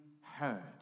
heard